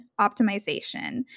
optimization